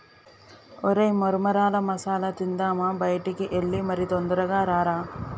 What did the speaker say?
ఒరై మొన్మరాల మసాల తిందామా బయటికి ఎల్లి మరి తొందరగా రారా